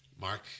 Mark